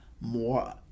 more